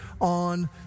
on